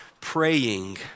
praying